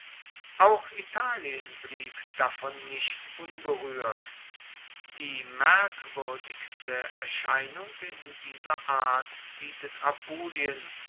auch italien blieb davon nicht unberuehrt die merkwuerdigste erscheinung in dieser art bietet